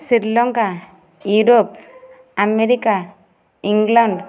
Sri Lanka Europe America England